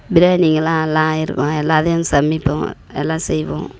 பிரியாணிங்கள்லாம் எல்லாம் இருக்கும் எல்லாத்தையும் சமைப்போம் எல்லாம் செய்வோம்